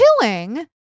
killing